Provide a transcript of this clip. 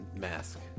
mask